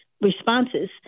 responses